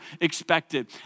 expected